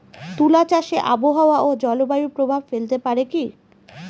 তুলা চাষে আবহাওয়া ও জলবায়ু প্রভাব ফেলতে পারে কি?